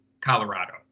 Colorado